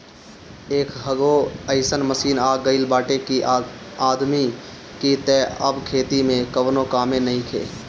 एकहगो अइसन मशीन आ गईल बाटे कि आदमी के तअ अब खेती में कवनो कामे नइखे